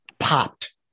popped